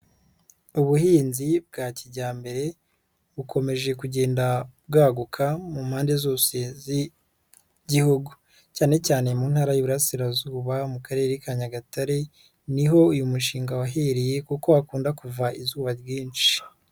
Ubuhinzi bwa kijyambere bukomeje kugenda bwaguka mu mpande zose z'Igihugu cyane cyane mu ntara y'Iburasirazuba mu Karere ka Nyagatare, niho uyu mushinga wahereye kuko hakunda kuva izuba ryinshi.